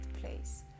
place